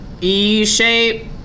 E-shape